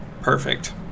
perfect